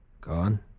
Gone